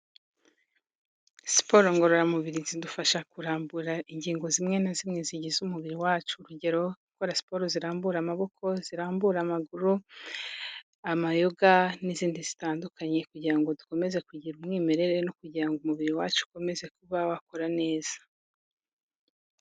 Siporo ngororamubiri zidufasha kurambura ingingo zimwe na zimwe zigize umubiri wacu urugero: Gukora siporo zirambura amaboko, zirambura amaguru, amayoga n'izindi zitandukanye kugira ngo dukomeze kugira umwimerere no kugira ngo umubiri wacu ukomeze kuba wakora neza.